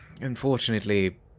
unfortunately